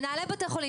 מנהלי בתי חולים.